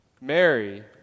Mary